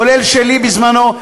כולל שלי בזמנו,